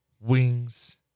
Wings